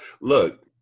look